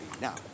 Now